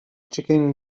chicken